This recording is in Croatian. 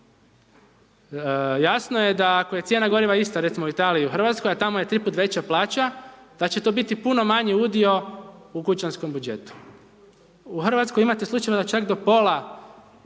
Jasno je da ako je cijena goriva ista recimo u Italiji i Hrvatskoj, a tamo je tri put veća plaća da će to biti puno manji udio u kućanskom budžetu. U Hrvatskoj imate slučaj da čak do pola,